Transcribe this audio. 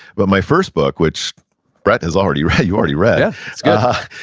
but my first book, which brett has already read, you already read yeah, but